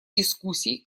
дискуссий